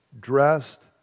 dressed